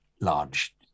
large